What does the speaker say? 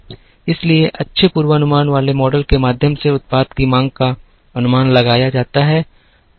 इसलिए अच्छे पूर्वानुमान वाले मॉडल के माध्यम से उत्पाद की मांग का अनुमान लगाया जाता है